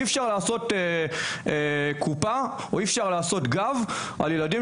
אי אפשר לעשות קופה או אי אפשר לעשות גב על ילדים